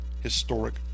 Historic